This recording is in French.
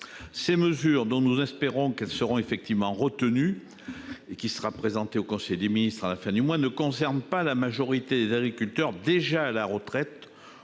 ces mesures, dont nous espérons qu'elles seront effectivement retenues dans la version présentée en conseil des ministres à la fin du mois, ne concernent pas la majorité des agriculteurs déjà à la retraite